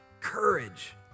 courage